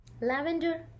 lavender